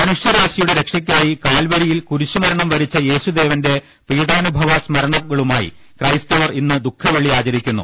മനുഷൃരാശിയുടെ രക്ഷക്കായി കാൽവരിയിൽ കുരിശുമരണം വരിച്ച യേശുദേവന്റെ പീഡാനുഭവ സ്മരണകളുമായി ക്രൈസ്ത വർ ഇന്ന് ദുഃഖവെള്ളി ആചരിക്കുന്നു